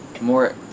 more